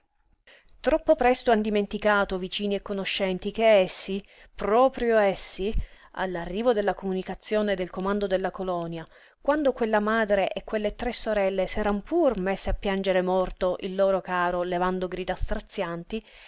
troppo presto han dimenticato vicini e conoscenti che essi proprio essi all'arrivo della comunicazione del comando della colonia quando quella madre e quelle tre sorelle s'eran pur messe a piangere morto il loro caro levando grida strazianti